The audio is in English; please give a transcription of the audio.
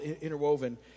interwoven